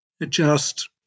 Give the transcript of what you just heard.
adjust